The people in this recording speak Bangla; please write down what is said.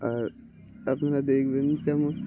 আর আপনারা দেখবেন যেমন